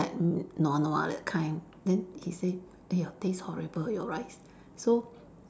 like n~ nua nua that kind then he say !aiya! taste horrible your rice so